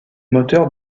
moteurs